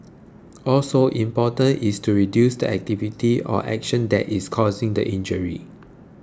also important is to reduce the activity or action that is causing the injury